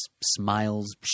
smiles